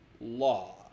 law